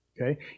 Okay